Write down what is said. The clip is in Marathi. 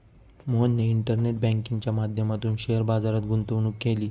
मोहनने इंटरनेट बँकिंगच्या माध्यमातून शेअर बाजारात गुंतवणूक केली